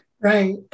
Right